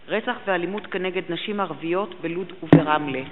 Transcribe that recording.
הצעת חוק הליכי תכנון ובנייה להאצת הבנייה למגורים (הוראת שעה)